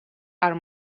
are